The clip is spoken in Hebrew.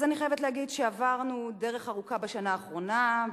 אני חייבת להגיד שעברנו דרך ארוכה בשנה האחרונה,